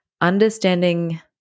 understanding